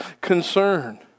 concern